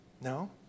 no